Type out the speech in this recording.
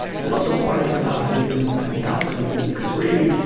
i'm not so worried about the inner and the outer any more because really,